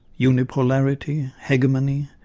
unipolarity, hegemony,